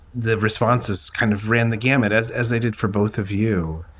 the responses kind of ran the gamut as as they did for both of you,